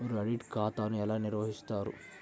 మీరు ఆడిట్ ఖాతాను ఎలా నిర్వహిస్తారు?